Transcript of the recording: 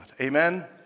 Amen